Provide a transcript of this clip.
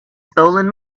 stolen